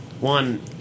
One